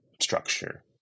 structure